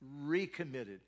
Recommitted